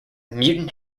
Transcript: mutant